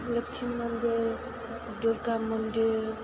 लोखि मन्दिर दुर्गा मन्दिर